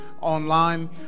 online